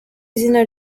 izina